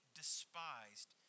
despised